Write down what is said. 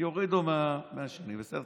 יורידו מהשני, בסדר?